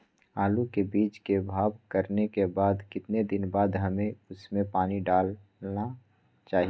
आलू के बीज के भाव करने के बाद कितने दिन बाद हमें उसने पानी डाला चाहिए?